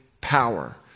power